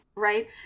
Right